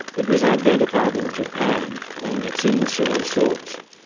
it was identified in japan, and it's in soy sauce,